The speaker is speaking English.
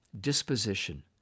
disposition